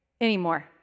anymore